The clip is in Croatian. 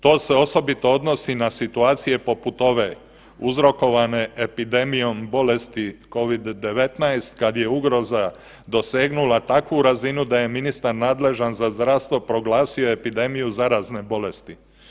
To se osobito odnosi na situacije poput ove uzrokovane epidemijom bolesti Covid-19 kad je ugroza dosegnula takvu razinu da je ministar nadležan za zdravstvo proglasio epidemiju zarazne bolesti.